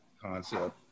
concept